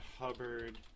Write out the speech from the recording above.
Hubbard